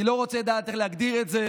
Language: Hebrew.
אני לא רוצה לדעת איך להגדיר את זה,